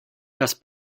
das